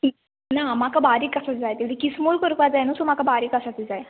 ना म्हाका बारीक कसलें तरी जाय किसमूर कोरपाक जाय न्हू सो म्हाका बारीक कसलें तरी जाय